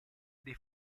dei